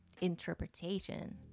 interpretation